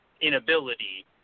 inability